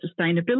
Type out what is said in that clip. sustainability